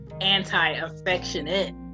anti-affectionate